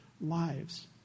lives